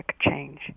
change